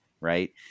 right